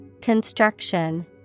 Construction